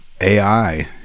AI